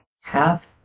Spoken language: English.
half